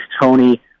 Tony